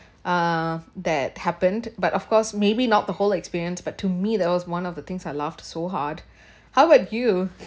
uh that happened but of course maybe not the whole experience but to me that was one of the things I laughed so hard how about you